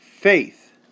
faith